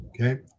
okay